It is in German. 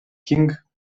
king